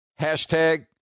hashtag